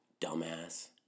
dumbass